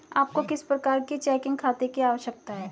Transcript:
आपको किस प्रकार के चेकिंग खाते की आवश्यकता है?